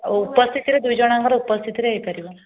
ଆଉ ଉପସ୍ଥିତିରେ ଦୁଇ ଜଣଙ୍କର ଉପସ୍ଥିତିରେ ହୋଇପାରିବ